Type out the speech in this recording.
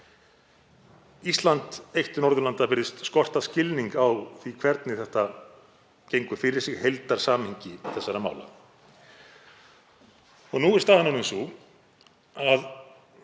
Ísland eitt Norðurlanda virðist skorta skilning á því hvernig þetta gengur fyrir sig, heildarsamhengi þessara mála. Nú er staðan orðin sú að